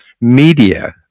media